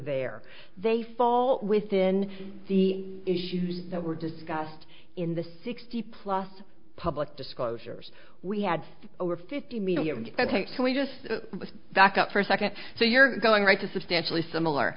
there they fall within the issues that were discussed in the sixty plus public disclosures we had over fifty million ok can we just back up for a second so you're going right to substantially similar